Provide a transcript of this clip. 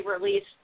released